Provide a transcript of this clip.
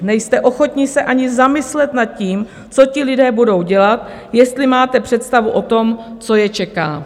Nejste ochotni se ani zamyslet nad tím, co ti lidé budou dělat, jestli máte představu o tom, co je čeká.